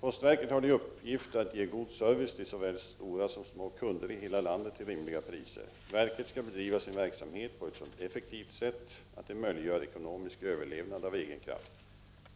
Postverket har till uppgift att ge god service till såväl stora som små kunder i hela landet till rimliga priser. Verket skall bedriva sin verksamhet på ett så effektivt sätt att det möjliggör ekonomisk överlevnad av egen kraft.